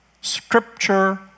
Scripture